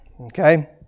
Okay